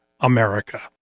America